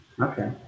okay